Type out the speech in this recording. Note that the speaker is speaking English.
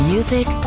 Music